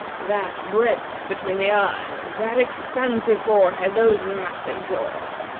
that breadth between the eyes, that expansive forehead, those massive jaws!